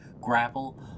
grapple